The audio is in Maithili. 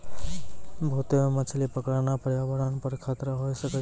बहुते मछली पकड़ना प्रयावरण पर खतरा होय सकै छै